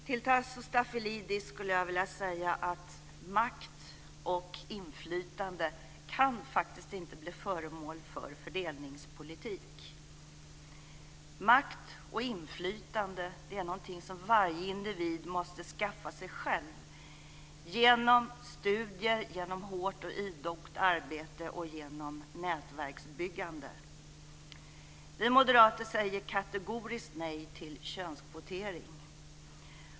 Till Tasso Stafilidis skulle jag vilja säga att makt och inflytande inte kan bli föremål för fördelningspolitik. Makt och inflytande är någonting som varje individ måste skaffa sig själv genom studier, hårt och idogt arbete och genom nätverksbyggandet. Vi moderater säger kategoriskt nej till könskvotering.